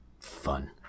fun